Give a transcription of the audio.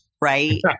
right